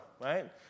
right